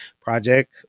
project